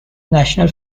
national